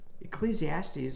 Ecclesiastes